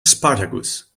spartacus